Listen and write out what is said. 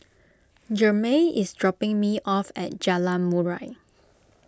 Jermey is dropping me off at Jalan Murai